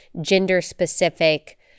gender-specific